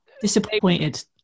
disappointed